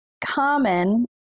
common